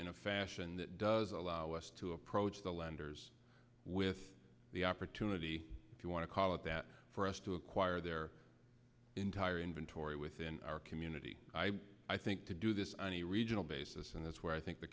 in a fashion that does allow us to approach the lenders with the opportunity if you want to call it that for us to acquire their entire inventory within our community i think to do this on a regional basis and that's where i think the